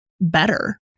better